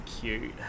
cute